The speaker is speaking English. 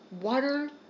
water